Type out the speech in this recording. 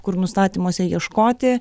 kur nustatymuose ieškoti